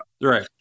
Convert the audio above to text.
Right